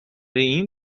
این